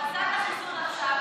הוא עשה את החיסון עכשיו,